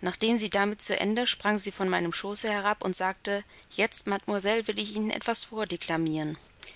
nachdem sie damit zu ende sprang sie von meinem schoße herab und sagte jetzt mademoiselle will ich ihnen etwas